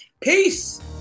Peace